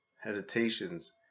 hesitations